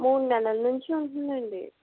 మూడు నెలల నుంచి ఉంటుందండి